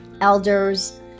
elders